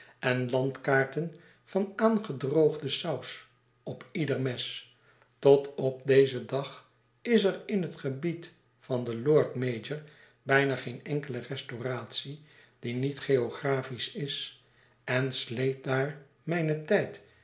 en landkaarten van aangedroogde saus op ieder mes tot op dezen dag is er in het gebied van den lord major bijna geen enkele restauratie die niet geografisch is en sleet daar mijn tijd